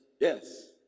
Yes